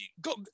go